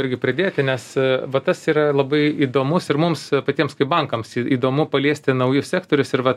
irgi pridėti nes va tas yra labai įdomus ir mums patiems kaip bankams į įdomu paliesti naujus sektorius ir va